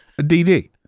DD